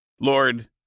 Lord